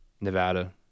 Nevada